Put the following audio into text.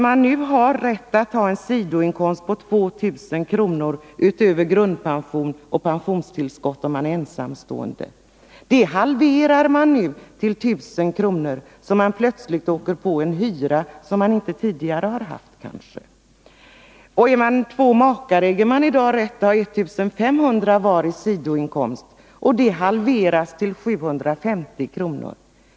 Nu har en ensamstående pensionär rätt att utan skatt ha en sidoinkomst på 2 000 kr. utöver grundpension och pensionstillskott. Detta belopp halveras nu till 1000 kr., kanske samtidigt som man får en hyra som man tidigare inte har haft. Två makar äger i dag rätt att ha 1 500 kr. var i sidoinkomst utan skatt. Det beloppet halveras nu till 750 kr.